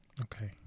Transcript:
Okay